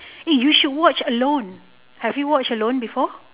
eh you should watch alone have you watched alone before